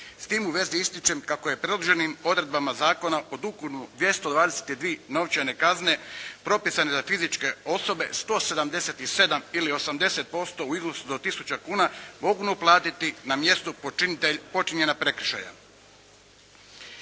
S tim u vezi ističem kako je predloženim odredbama zakona od ukupno 222 novčane kazne propisane za fizičke osobe 177 ili 80% u iznosu do tisuću kuna mogu platiti na mjestu počinitelj počinjenja